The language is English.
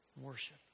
Worship